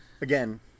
Again